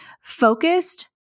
focused